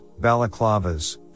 balaclavas